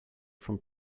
from